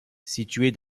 située